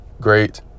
great